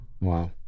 Wow